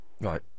Right